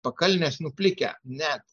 pakalnės nuplikę net